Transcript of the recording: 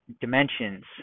dimensions